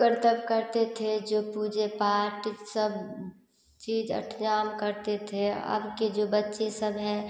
कर्तव्य करते थे जो पूजे पाठ सब चीज़ अष्टयाम करते थे अबके जो बच्चे सब हैं